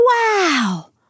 Wow